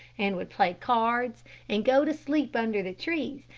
and would play cards and go to sleep under the trees,